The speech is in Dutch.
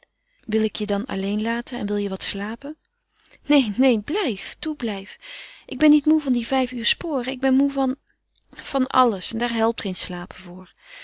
wil ik je dan alleen laten en wil je wat slapen neen neen blijf toe blijf ik ben niet moê van die vijf uren sporen ik ben moê van van alles en daar helpt geen slapen voor